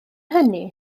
hynny